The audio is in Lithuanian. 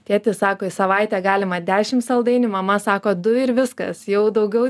tėtis sako į savaitę galima dešim saldainių mama sako du ir viskas jau daugiau